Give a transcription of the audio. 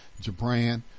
jabran